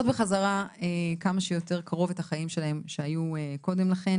בחזרה כמה שיותר קרוב את החיים שלהם שהיו קודם לכן.